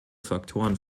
faktoren